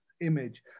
image